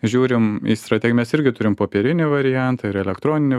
žiūrim į strategines irgi turime popierinį variantą ir elektroninį